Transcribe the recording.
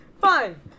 Fine